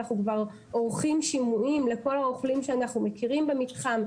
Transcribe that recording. אנחנו כבר עורכים שימועים לכל הרוכלים שאנחנו מכירים במתחם,